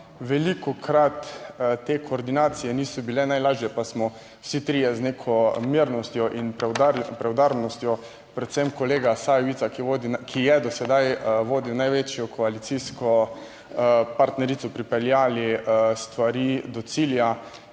velikokrat te koordinacije niso bile najlažje, pa smo vsi trije z neko mirnostjo in preudarnostjo, predvsem kolega Sajovica, ki je do sedaj vodil največjo koalicijsko partnerico, pripeljali stvari do cilja